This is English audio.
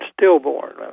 stillborn